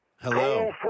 Hello